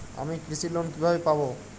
আমি কৃষি লোন কিভাবে পাবো?